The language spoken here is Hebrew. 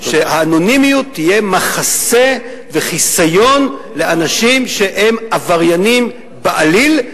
שהאנונימיות תהיה מחסה וחיסיון לאנשים שהם עבריינים בעליל.